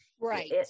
right